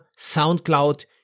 Soundcloud